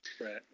Right